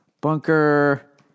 Bunker